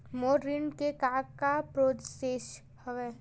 मोर ऋण के का का प्रोसेस हवय?